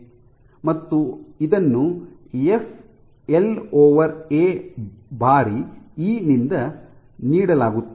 ಮತ್ತು ಇದನ್ನು FL A FL A ಬಾರಿ ಇ ನಿಂದ ನೀಡಲಾಗುತ್ತದೆ